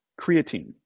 creatine